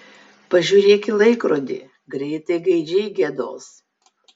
pažiūrėk į laikrodį greit gaidžiai giedos